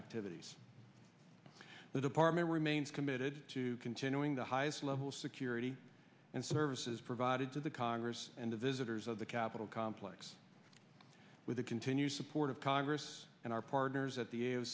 activities the department remains committed to continuing the highest level of security and services provided to the congress and the visitors of the capitol complex with the continued support of congress and our partners at the